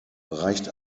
reicht